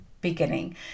beginning